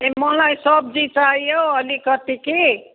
ए मलाई सब्जी चाहियो अलिकति कि